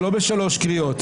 לא בשלוש קריאות,